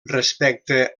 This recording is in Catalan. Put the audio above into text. respecte